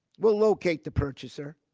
we'll locate the purchaser.